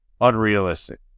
unrealistic